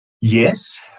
Yes